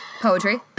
Poetry